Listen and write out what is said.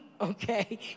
okay